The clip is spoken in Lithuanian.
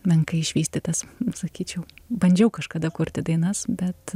menkai išvystytas sakyčiau bandžiau kažkada kurti dainas bet